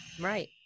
right